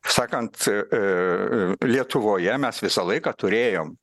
sakant lietuvoje mes visą laiką turėjom